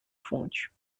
fonte